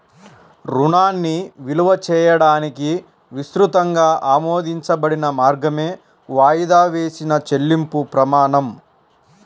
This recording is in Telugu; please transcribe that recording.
రుణాన్ని విలువ చేయడానికి విస్తృతంగా ఆమోదించబడిన మార్గమే వాయిదా వేసిన చెల్లింపు ప్రమాణం